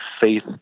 faith